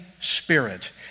Spirit